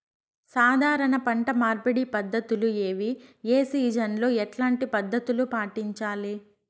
సాధారణ పంట మార్పిడి పద్ధతులు ఏవి? ఏ సీజన్ లో ఎట్లాంటి పద్ధతులు పాటించాలి?